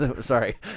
Sorry